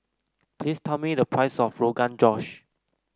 please tell me the price of Rogan Josh